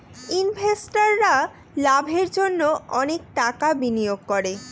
ইনভেস্টাররা লাভের জন্য অনেক টাকা বিনিয়োগ করে